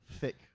Thick